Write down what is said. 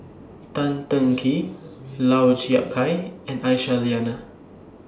Tan Teng Kee Lau Chiap Khai and Aisyah Lyana